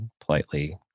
politely